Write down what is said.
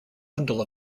bundle